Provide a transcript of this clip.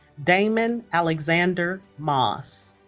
damon alexandar moss